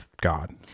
God